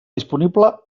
disponible